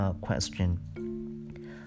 question